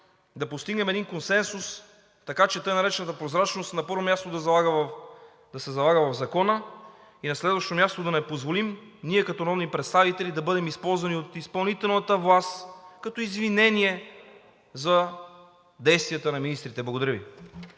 да постигнем един консенсус, така че така наречената прозрачност, на първо място, да се залага в Закона. И на следващо място, да не позволим ние като народни представители да бъдем използвани от изпълнителната власт като извинение за действията на министрите. Благодаря Ви.